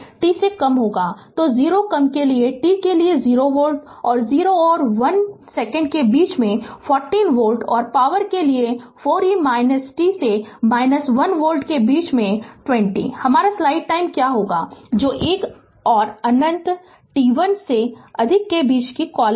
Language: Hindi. तो 0 से कम के लिए t के लिए 0 वोल्ट और 0 और 1 सेकंड के बीच में 40 वोल्ट और पावर के लिए 4 e t से 1 वोल्ट के बीच में 20 हमारा स्लाइड टाइम क्या होगा जो 1 और अन्नंत t 1 से अधिक के बीच कॉल करें